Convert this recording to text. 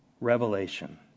revelation